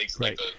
right